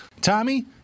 Tommy